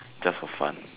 just for fun